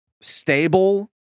stable